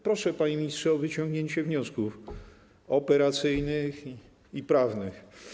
Proszę, panie ministrze, o wyciągnięcie wniosków operacyjnych i prawnych.